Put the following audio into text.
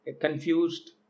confused